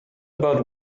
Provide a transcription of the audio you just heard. about